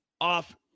off